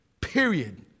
period